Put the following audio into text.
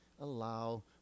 allow